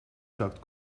zakt